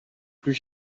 plus